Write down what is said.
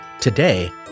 today